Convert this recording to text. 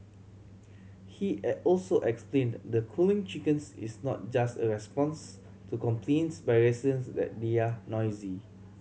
he also explained that culling chickens is not just a response to complaints by residents that they are noisy